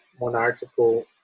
Monarchical